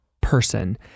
person